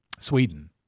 Sweden